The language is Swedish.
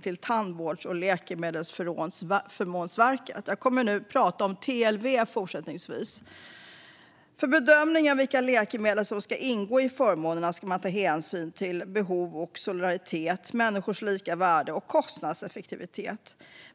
till Tandvårds och läkemedelsförmånsverket - jag kommer fortsättningsvis att prata om TLV - om subvention för ett läkemedel för dem som har cystisk fibros. Vid bedömning av vilka läkemedel som ska ingå i förmånerna ska hänsyn tas till behov och solidaritet, människors lika värde samt kostnadseffektivitet.